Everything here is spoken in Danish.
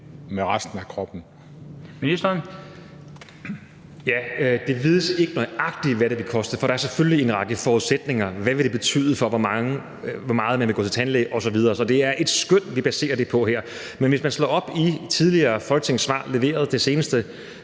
ældreministeren (Magnus Heunicke): Ja, det vides ikke nøjagtig, hvad det vil koste, for der er selvfølgelig en række forudsætninger: Hvad vil det betyde for, hvor meget man vil gå til tandlæge osv.? Så det er et skøn, vi baserer det på her. Men hvis man slår op i et tidligere leveret folketingssvar, det seneste,